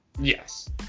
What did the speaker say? Yes